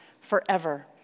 forever